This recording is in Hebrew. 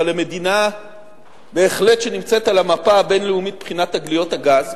אבל למדינה שנמצאת בהחלט על המפה הבין-לאומית מבחינת תגליות הגז.